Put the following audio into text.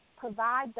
provide